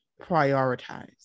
prioritize